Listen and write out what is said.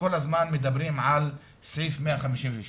שכל הזמן מדברים על סעיף 157,